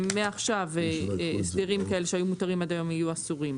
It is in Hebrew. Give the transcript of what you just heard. מעכשיו הסדרים כאל שהיו מותרים עד היום יהיו אסורים,